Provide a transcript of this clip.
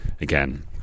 again